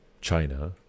China